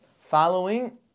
following